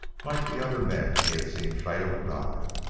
like the other men he had seen fail and die,